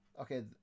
Okay